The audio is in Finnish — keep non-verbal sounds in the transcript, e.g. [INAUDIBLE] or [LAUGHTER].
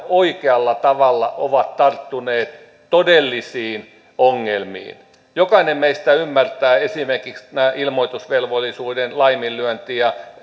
oikealla tavalla ovat tarttuneet todellisiin ongelmiin jokainen meistä ymmärtää esimerkiksi että kun nämä ilmoitusvelvollisuuden laiminlyönti ja [UNINTELLIGIBLE]